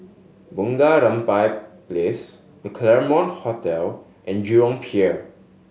Bunga Rampai Place The Claremont Hotel and Jurong Pier